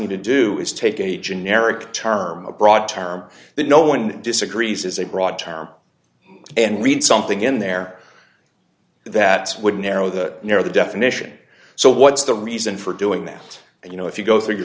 to do is take a generic term a broad term that no one disagrees is a broad term and read something in there that would narrow the near the definition so what's the reason for doing that and you know if you go through your